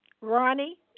Ronnie